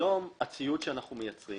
היום הציוד שאנחנו מייצרים